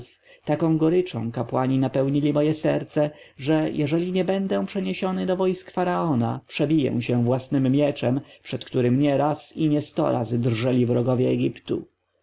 taką goryczą kapłani napełnili moje serce że jeżeli nie będę przeniesiony do wojsk faraona przebiję się własnym mieczem przed którym nie raz i nie sto razy drżeli wrogowie egiptu